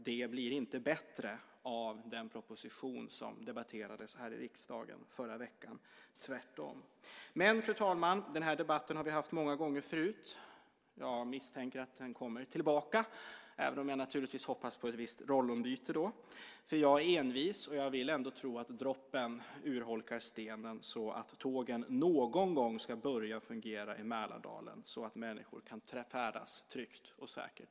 Det blir inte bättre av den proposition som debatterades här i riksdagen förra veckan, tvärtom. Fru talman! Vi har haft den här debatten många gånger förut. Jag misstänker att den kommer tillbaka, även om jag naturligtvis hoppas på ett rollbyte då. Jag är envis och jag vill ändå tro att droppen urholkar stenen så att tågen någon gång ska börja fungera i Mälardalen så att människor kan färdas tryggt och säkert.